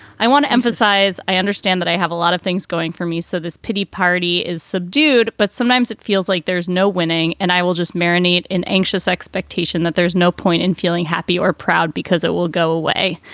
i want to emphasize, i understand that i have a lot of things going for me. so this pity party is subdued, but sometimes it feels like there's no winning. and i will just marinate in anxious expectation that there's no point in feeling happy or proud because it will go away